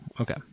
Okay